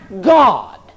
God